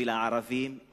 ולערבים,